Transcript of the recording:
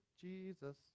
Jesus